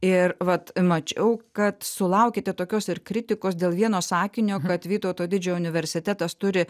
ir vat mačiau kad sulaukėte tokios ir kritikos dėl vieno sakinio kad vytauto didžiojo universitetas turi